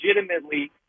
legitimately